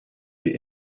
the